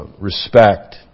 respect